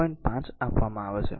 5 આપવામાં આવે છે